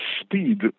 speed